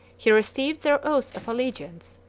he received their oath of allegiance,